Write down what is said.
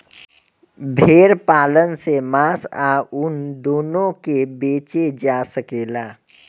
भेड़ पालन से मांस आ ऊन दूनो के बेचल जा सकेला